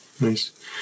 Nice